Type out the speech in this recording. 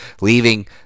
leaving